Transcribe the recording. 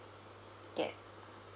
yes